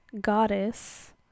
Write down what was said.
goddess